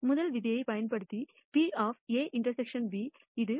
முதல் விதியைப் பயன்படுத்தி PA∩B இது 0